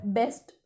best